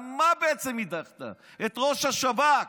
על מה בעצם הדחת את ראש השב"כ?